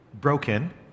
broken